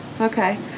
okay